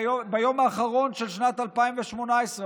ביום הלפני-אחרון של שנת 2018,